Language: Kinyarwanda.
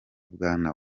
bwana